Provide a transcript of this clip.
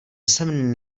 jsem